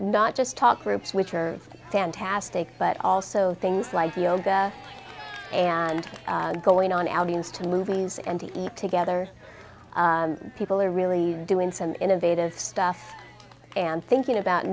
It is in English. not just talk roots which are fantastic but also things like yoga and going on albums to movies and to eat together people are really doing some innovative stuff and thinking about